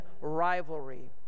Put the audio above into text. rivalry